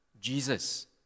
Jesus